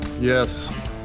Yes